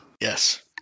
Yes